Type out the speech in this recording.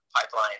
Pipeline